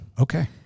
Okay